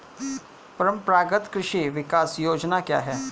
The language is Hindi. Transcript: परंपरागत कृषि विकास योजना क्या है?